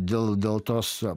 dėl dėl tos